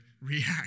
react